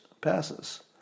passes